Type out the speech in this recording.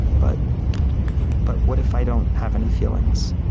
but but what if i don't have any feelings?